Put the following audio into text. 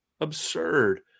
Absurd